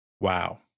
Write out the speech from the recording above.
wow